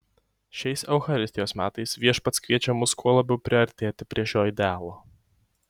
šiais eucharistijos metais viešpats kviečia mus kuo labiau priartėti prie šio idealo